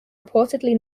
reportedly